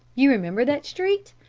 you remember that street?